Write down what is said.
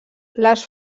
les